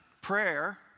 prayer